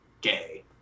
gay